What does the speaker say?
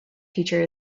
teacher